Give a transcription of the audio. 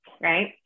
Right